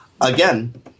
Again